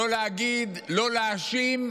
לא להגיד, לא להאשים.